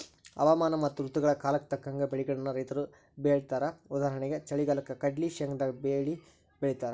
ಹವಾಮಾನ ಮತ್ತ ಋತುಗಳ ಕಾಲಕ್ಕ ತಕ್ಕಂಗ ಬೆಳಿಗಳನ್ನ ರೈತರು ಬೆಳೇತಾರಉದಾಹರಣೆಗೆ ಚಳಿಗಾಲಕ್ಕ ಕಡ್ಲ್ಲಿ, ಶೇಂಗಾದಂತ ಬೇಲಿ ಬೆಳೇತಾರ